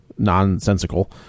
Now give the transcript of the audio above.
nonsensical